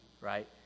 right